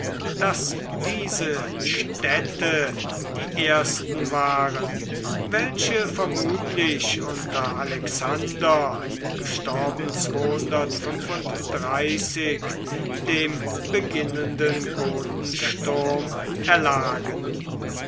daß diese städte die ersten waren welche vermutlich unter alexander dem beginnenden gotensturm erlagen